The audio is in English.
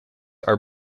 are